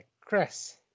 Chris